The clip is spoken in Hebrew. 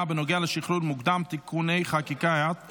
בנוגע לשחרור מוקדם (תיקוני חקיקה),